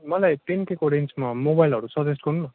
मलाई टेन केको रेन्जमा मोबाइलहरू सजेस्ट गर्नु न